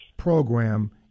program